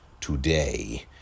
today